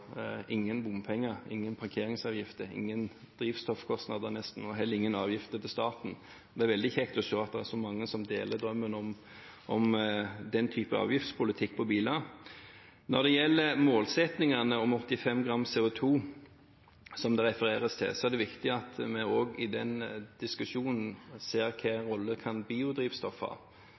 ingen bompenger, ingen parkeringsavgifter, nesten ingen drivstoffkostnader og heller ingen avgifter til staten. Det er veldig kjekt å se at det er så mange som deler drømmen om den type avgiftspolitikk for biler. Når det gjelder målsettingene om 85 gram CO2, som det refereres til, er det viktig at vi også i den diskusjonen ser på hvilken rolle biodrivstoff kan